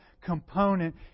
component